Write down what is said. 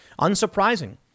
Unsurprising